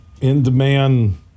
in-demand